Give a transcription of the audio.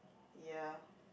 ya